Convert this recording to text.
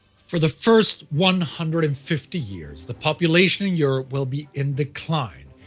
for the first one hundred and fifty years the population in europe will be in decline,